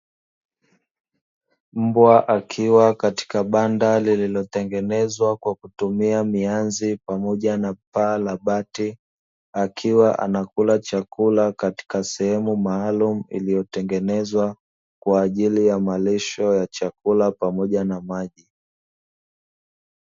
Mbwa akiwa katika banda lililotengenezwa kwa kutumia mianzi pamoja na paa la bati, akiwa anakula chakula katika sehemu maalumu, iliyotengenezwa kwa ajili ya malisho ya chakula pamoja na maji.